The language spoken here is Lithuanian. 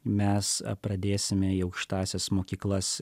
mes pradėsime į aukštąsias mokyklas